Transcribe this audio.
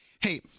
Hey